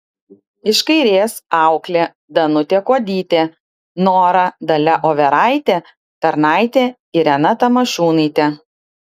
iš kairės auklė danutė kuodytė nora dalia overaitė tarnaitė irena tamošiūnaitė